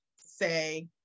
say